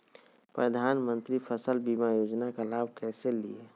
प्रधानमंत्री फसल बीमा योजना का लाभ कैसे लिये?